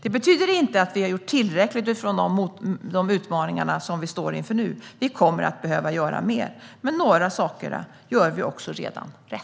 Det betyder inte att vi har gjort tillräckligt när det gäller de utmaningar vi nu står inför. Vi kommer att behöva göra mer, men några saker gör vi redan rätt.